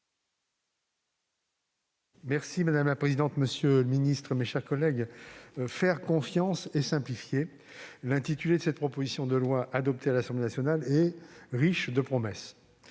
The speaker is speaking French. Madame la présidente, monsieur le ministre, mes chers collègues, faire confiance et simplifier : l'intitulé de cette proposition de loi, adoptée par l'Assemblée nationale, est riche de promesses.